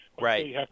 right